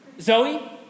Zoe